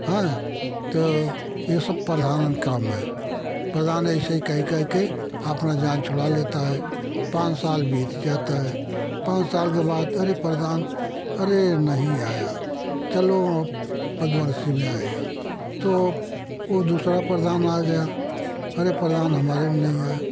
है तो ये सब प्रधान का काम है प्रधान ऐस ही कही कही के आपना जान छुड़ा लेता है पाँच साल बीत जाता है पाँच साल के बाद अरे प्रधान अरे नहीं आया चलो अब पंचवर्षीय में आएगा तो वो दूसरा प्रधान आ गया अरे प्रधान हमारे में नहीं आए